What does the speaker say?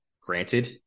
granted